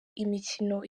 imikino